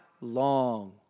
long